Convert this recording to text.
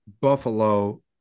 Buffalo